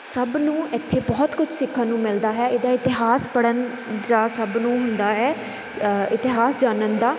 ਸਭ ਨੂੰ ਇੱਥੇ ਬਹੁਤ ਕੁਛ ਸਿੱਖਣ ਨੂੰ ਮਿਲਦਾ ਹੈ ਇਹਦਾ ਇਤਿਹਾਸ ਪੜ੍ਹਨ ਜਾਂ ਸਭ ਨੂੰ ਹੁੰਦਾ ਹੈ ਇਤਿਹਾਸ ਜਾਨਣ ਦਾ